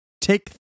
take